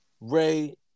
Ray